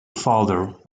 father